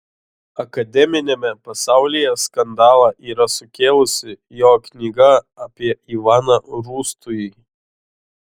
akademiniame pasaulyje skandalą yra sukėlusi jo knyga apie ivaną rūstųjį